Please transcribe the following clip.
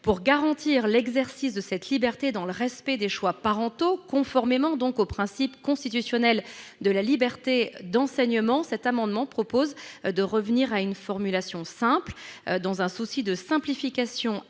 Pour garantir l'exercice de cette liberté dans le respect des choix parentaux, conformément au principe constitutionnel de la liberté d'enseignement, cet amendement tend à revenir à une formulation simple. Dans un souci de simplification administrative,